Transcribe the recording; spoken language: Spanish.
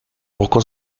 poco